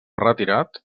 retirat